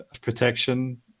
protection